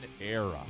era